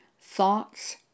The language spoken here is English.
thoughts